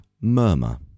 murmur